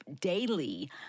daily